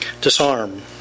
Disarm